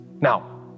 Now